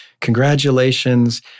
congratulations